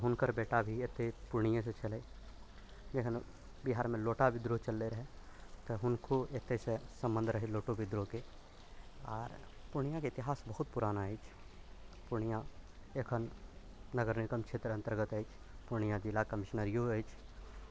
तऽ हुनकर बेटा भी एतै पूर्णियेसँ छलै जखन बिहारमे लोटा विद्रोह चललो रहै तऽ हुनको एतैसँ सम्बन्ध रहै लोटो विद्रोहके आर पूर्णियाके इतिहास बहुत पुराना अछि पूर्णिया एखन नगर निगम क्षेत्रके अन्तर्गत अछि पूर्णिया जिला कमिशनरियो अछि